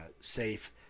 safe